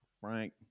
Frank